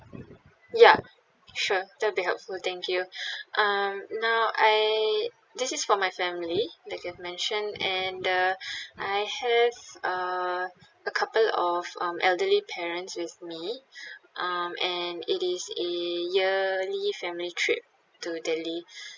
ya sure that'll be helpful thank you um now I this is for my family like I've mentioned and uh I have uh a couple of um elderly parents with me um and it is a yearly family trip to delhi